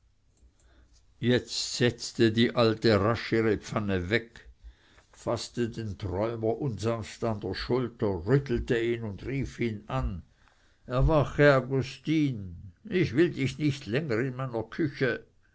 jetzt setzte die alte rasch ihre pfanne weg faßte den träumer unsanft an der schulter rüttelte ihn und rief ihn an erwache agostin ich will dich nicht länger in meiner küche